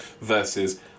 versus